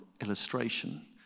illustration